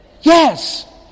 Yes